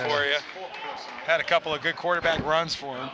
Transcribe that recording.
fore you had a couple of good quarterback runs for